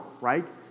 right